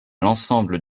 l’ensemble